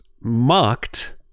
mocked